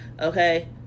Okay